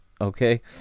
okay